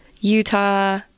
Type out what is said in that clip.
Utah